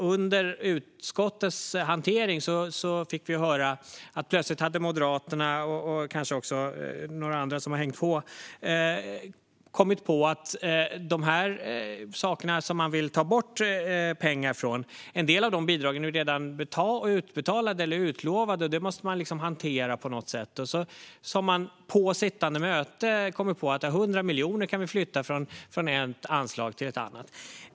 Under utskottets hantering fick vi höra att plötsligt hade Moderaterna och kanske också några andra som hängt på kommit på att de här sakerna som man vill ta bort bidragen från redan har fått en del av bidragen utbetalade eller utlovade, och det måste man hantera på något sätt. På sittande möte kom man sedan på att man kan flytta 100 miljoner från ett anslag till ett annat.